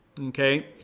Okay